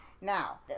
Now